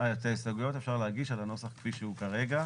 את ההסתייגויות אפשר להגיש על הנוסח כפי שהוא כרגע,